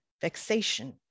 vexation